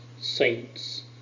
saints